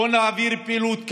בואו נעביר פעילות,